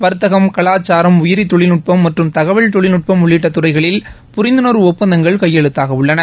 வர்த்தகம் கலாச்சாரம் உயிரி தொழில்நுட்பம் மற்றும் தகவல் தொழில்நுடபம் உள்ளிட்ட துறைகளில் புரிந்துணர்வு ஒப்பந்தங்கள் கையெழுத்தாகவுள்ளன